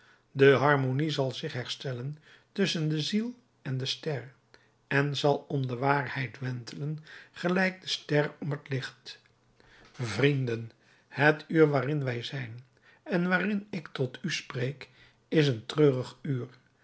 de harmonie zal zich herstellen tusschen de ziel en de ster en zal om de waarheid wentelen gelijk de ster om het licht vrienden het uur waarin wij zijn en waarin ik tot u spreek is een treurig uur